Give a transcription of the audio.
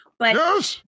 yes